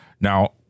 Now